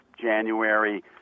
January